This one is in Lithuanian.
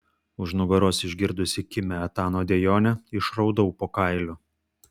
už nugaros išgirdusi kimią etano dejonę išraudau po kailiu